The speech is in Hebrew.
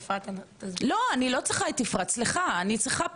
אמרתם לי מונגש,